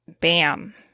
bam